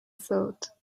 thought